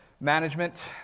Management